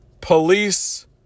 police